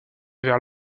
vers